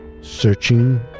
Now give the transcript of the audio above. searching